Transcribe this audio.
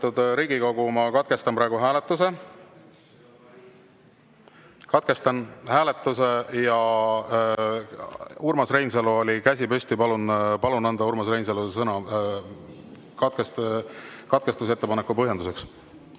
ma katkestan praegu hääletuse. Katkestan hääletuse. Urmas Reinsalul oli käsi püsti. Palun anda Urmas Reinsalule sõna katkestusettepaneku põhjenduseks.